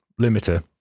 limiter